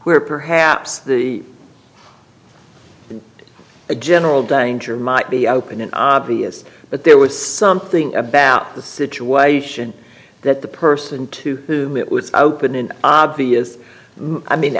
where perhaps the in a general danger might be open in obvious but there was something about the situation that the person to whom it was out in an obvious i mean